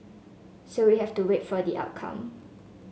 so we have to wait for the outcome